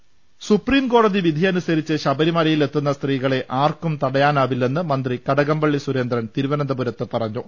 ദ് സുപ്രീംകോടതി വിധിയനുസരിച്ച് ശബരിമലയിൽ എത്തുന്ന സ്ത്രീകളെ ആർക്കും തടയാനാവില്ലെന്ന് മന്ത്രി കടകംപള്ളി സുരേന്ദ്രൻ തിരുവനന്തപുരത്ത് പറഞ്ഞു